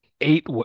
eight